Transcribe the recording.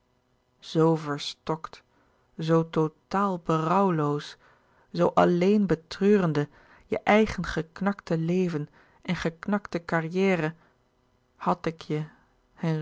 zoo verstokt zoo totaal berouwloos zoo alleen betreurende je eigen geknakte leven en geknakte carrière had ik je